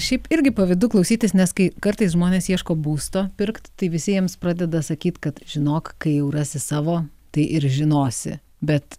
šiaip irgi pavydu klausytis nes kai kartais žmonės ieško būsto pirkt tai visiems pradeda sakyt kad žinok kai jau rasi savo tai ir žinosi bet